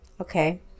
okay